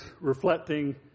reflecting